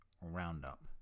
roundup